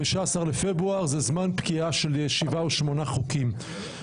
15 בפברואר זה זמן פקיעה של שבעה-שמונה חוקים.